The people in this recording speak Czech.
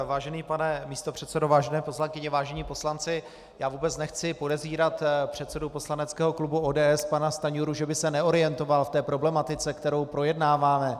Vážený pane místopředsedo, vážené poslankyně, vážení poslanci, já vůbec nechci podezírat předsedu poslaneckého klubu ODS pana Stanjuru, že by se neorientoval v té problematice, kterou projednáváme.